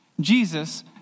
Jesus